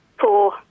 Four